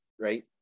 right